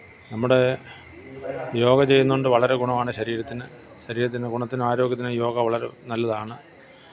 നമ്മുടെ യോഗ ചെയ്യുന്നതുകൊണ്ട് വളരെ ഗുണമാണ് ശരീരത്തിന് ശരീരത്തിന് ഗുണത്തിനും ആരോഗ്യത്തിനും യോഗ വളരെ നല്ലതാണ്